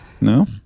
No